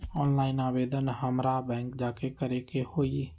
Online आवेदन हमरा bank जाके करे के होई?